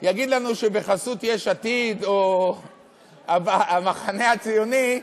יגיד לנו שבחסות יש עתיד או המחנה הציוני,